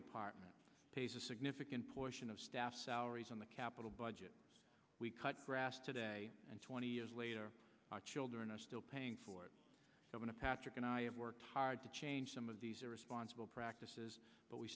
department pays a significant portion of staff salaries on the capital budget we cut grass today and twenty years later children are still paying for them to patrick and i have worked hard to change some of these irresponsible practices but we